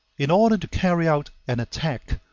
in order to carry out an attack,